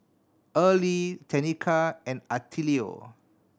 Erle Tenika and Attilio